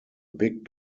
big